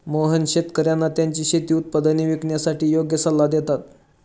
मोहन शेतकर्यांना त्यांची शेती उत्पादने विकण्यासाठी योग्य सल्ला देतात